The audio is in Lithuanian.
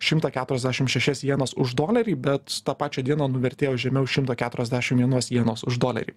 šimtą keturiasdešim šešias jenas už dolerį bet tą pačią dieną nuvertėjo žemiau šimto keturiasdešim vienos jenos už dolerį